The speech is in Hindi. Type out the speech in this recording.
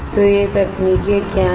तो ये तकनीकें क्या हैं